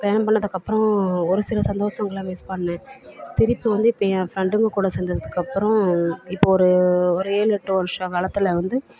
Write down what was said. கல்யாணம் பண்ணதுக்கு அப்புறம் ஒரு சில சந்தோஷங்கள மிஸ் பண்ணேன் திருப்பி வந்து இப்போ என் ஃப்ரெண்டுங்கக் கூட சேர்ந்தத்துக்கு அப்புறம் இப்போ ஒரு ஒரு ஏழு எட்டு வருஷக் காலத்தில் வந்து